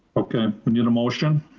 okay, we need a motion.